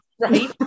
right